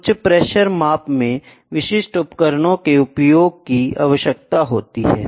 उच्च प्रेशर माप में विशिष्ट उपकरणों के उपयोग की आवश्यकता होती है